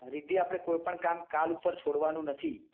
રિદ્ધિ આપણે કોઈ પણ કામ કાલ ઉપર છોડવાનું નથી